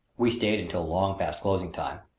we stayed until long past closing time.